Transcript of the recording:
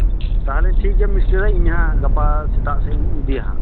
ᱛᱟᱦᱚᱞᱮ ᱴᱷᱤᱠ ᱜᱮᱭᱟ ᱢᱤᱥᱛᱤᱨᱤ ᱫᱚ ᱤᱧ ᱦᱟᱸᱜ ᱜᱟᱯᱟ ᱥᱮᱛᱟᱜ ᱥᱮᱡ ᱤᱧ ᱤᱫᱤᱭᱟ ᱦᱟᱸᱜ